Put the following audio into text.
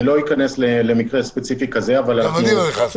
אני לא אכנס למקרה ספציפי כזה -- גם אני לא נכנסתי.